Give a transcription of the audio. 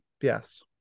Yes